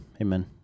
amen